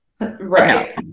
Right